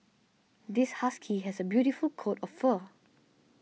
this husky has a beautiful coat of fur